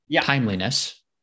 timeliness